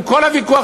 עם כל הוויכוח,